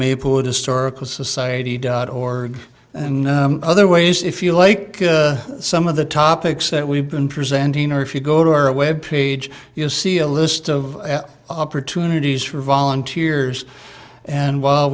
maplewood historical society dot org and other ways if you like some of the topics that we've been presenting or if you go to our web page you'll see a list of opportunities for volunteers and while